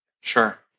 Sure